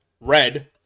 Red